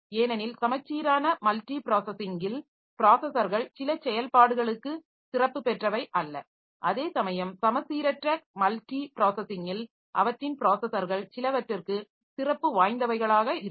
ஏனெனில் சமச்சீரான மல்டி ப்ராஸஸிங்கில் ப்ராஸஸர்கள் சில செயல்பாடுகளுக்கு சிறப்பு பெற்றவை அல்ல அதே சமயம் சமச்சீரற்ற மல்டி ப்ராஸஸிங்கில் அவற்றின் ப்ராஸஸர்கள் சிலவற்றிற்கு சிறப்பு வாய்ந்தவைகளாக இருக்கும்